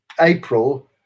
April